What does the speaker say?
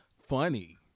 funny